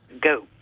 Go